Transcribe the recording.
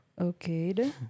Okay